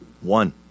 one